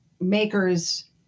maker's